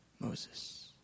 Moses